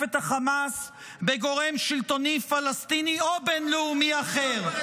את החמאס בגורם שלטוני פלסטיני או בין-לאומי אחר.